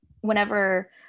whenever